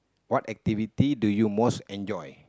what activity do you most enjoy